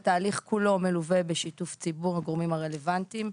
התהליך כולו מלווה בשיתוף ציבור עם הגורמים הרלוונטיים.